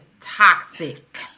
toxic